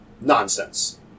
nonsense